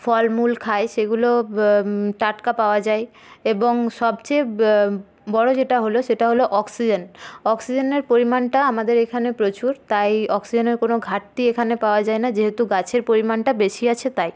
ফলমূল খাই সেগুলো টাটকা পাওয়া যায় এবং সবচেয়ে বড় যেটা হলো সেটা হলো অক্সিজেন অক্সিজেনের পরিমাণটা আমাদের এখানে প্রচুর তাই অক্সিজেনের কোনো ঘাটতি এখানে পাওয়া যায় না যেহেতু গাছের পরিমাণটা বেশি আছে তাই